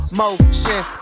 motion